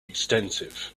extensive